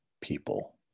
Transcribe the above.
people